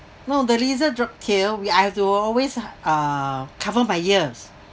no the lizard drop tail we I have to always uh cover my ears